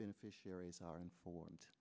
beneficiaries are informed